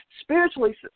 spiritually